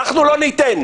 אנחנו לא ניתן.